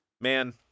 Man